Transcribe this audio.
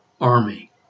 army